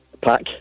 Pack